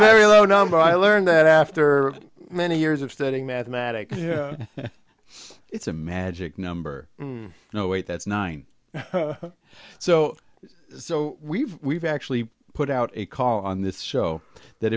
very low number i learned that after many years of studying mathematics it's a magic number no wait that's nine so so we've we've actually put out a call on this show that